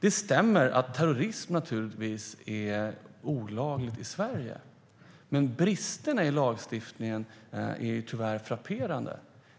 Det stämmer att terrorism naturligtvis är olagligt i Sverige, men bristerna i lagstiftningen är tyvärr frapperande.